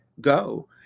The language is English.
go